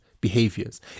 behaviors